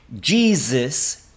jesus